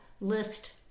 list